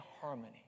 harmony